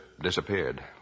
disappeared